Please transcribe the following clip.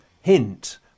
hint